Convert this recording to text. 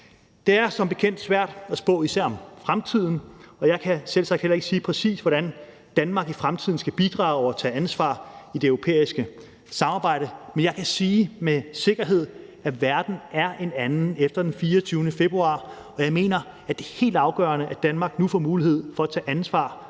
Det er som bekendt svært at spå, især om fremtiden, og jeg kan selvsagt heller ikke sige, præcis hvordan Danmark i fremtiden skal bidrage og tage ansvar i det europæiske samarbejde, men jeg kan sige med sikkerhed, at verden er en anden efter den 24. februar. Og jeg mener, at det er helt afgørende, at Danmark nu får mulighed for at tage ansvar for Europa og Danmarks